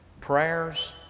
Prayer's